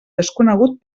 desconegut